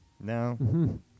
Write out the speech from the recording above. No